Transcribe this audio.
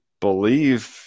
believe